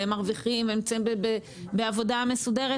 הם מרוויחים ונמצאים בעבודה מסודרת,